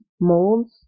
molds